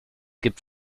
gibt